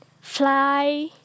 fly